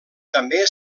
també